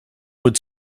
would